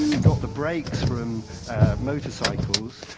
got the brakes from motorcycles,